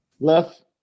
Left